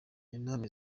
nama